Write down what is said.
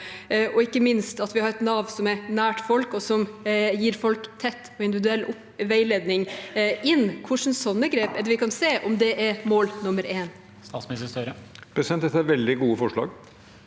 og ikke minst for at vi har et Nav som er nært folk, og som gir folk tett og individuell veiledning inn. Hvilke slike grep er det vi kan se, om det er mål nummer én? Statsminister Jonas Gahr Støre Dette er veldig gode forslag,